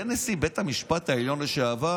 זה נשיא בית המשפט העליון לשעבר